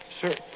Sir